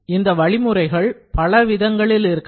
இந்த வழிமுறைகள் பல விதங்களில் இருக்கலாம்